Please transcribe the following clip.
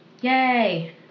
Yay